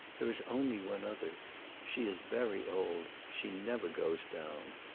there is only one other she is very old she never goes down.